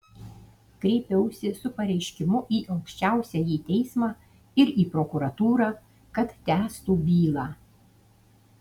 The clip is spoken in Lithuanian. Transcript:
kreipiausi su pareiškimu į aukščiausiąjį teismą ir į prokuratūrą kad tęstų bylą